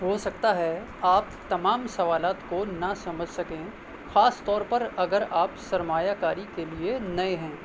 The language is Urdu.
ہو سکتا ہے آپ تمام سوالات کو نہ سمجھ سکیں خاص طور پر اگر آپ سرمایہ کاری کے لیے نئے ہیں